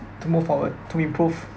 to move forward to improve